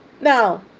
now